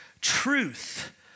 truth